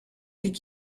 did